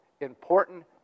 important